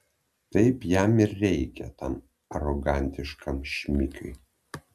taip jam ir reikia tam arogantiškam šmikiui